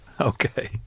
okay